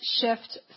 shift